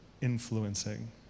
influencing